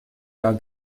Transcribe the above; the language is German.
jahr